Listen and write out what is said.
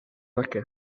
perché